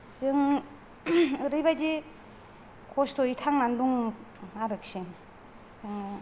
जों ओरैबायदि खस्थ'यै थांनानै दं आरोखि जोङो